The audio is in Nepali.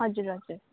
हजुर हजुर